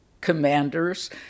commanders